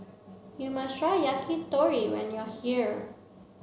you must try Yakitori when you are here